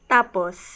Tapos